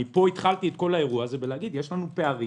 התחלתי את כל האירוע הזה בהצגת הפערים.